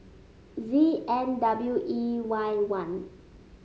Z N W E Y one